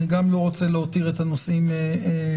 אני גם לא רוצה להותיר את הנושאים באוויר,